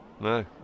No